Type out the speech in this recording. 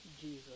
Jesus